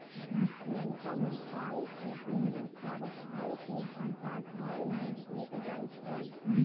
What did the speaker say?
ललका मिरचाई के गुण्डी सभ घर के भनसाघर में भेंट जाइ छइ